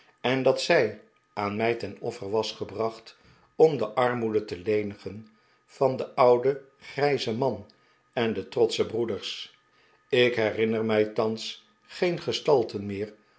en dat zij aan mij ten offer was gebracht om de armoede te lenigen van den ouden grijzen man en de trotsche broeders ik herinner mij thans geen gestalten meer